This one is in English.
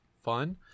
fun